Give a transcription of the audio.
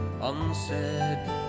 unsaid